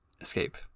escape